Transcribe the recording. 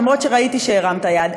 למרות שראיתי שהרמת יד.